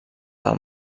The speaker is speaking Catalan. del